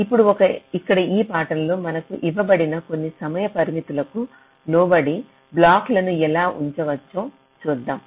ఇప్పుడు ఇక్కడ ఈ పాఠంలో మనకు ఇవ్వబడిన కొన్ని సమయ పరిమితులకు లోబడి బ్లాకులను ఎలా ఉంచవచ్చో చూద్దాం